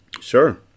Sure